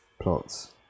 Plots